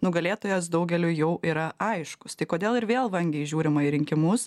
nugalėtojas daugeliui jau yra aiškus tai kodėl ir vėl vangiai žiūrima į rinkimus